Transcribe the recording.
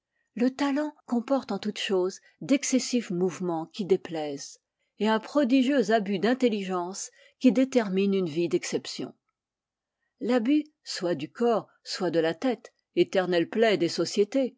le talent comporte en toute chose d'excessifs mouvements qui déplaisent et un prodigieux abus d'intelligence qui détermine une vie d'exception l'abus soit du corps soit de la tête éternelles plaies des sociétés